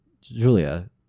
Julia